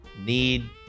need